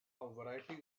variety